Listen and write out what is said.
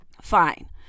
Fine